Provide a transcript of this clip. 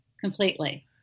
completely